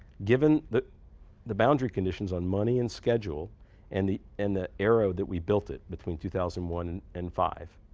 given the the boundary conditions on money and schedule and the and the era that we built it, between two thousand and one and five,